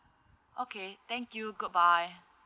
okay thank you goodbye